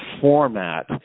format